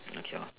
okay lor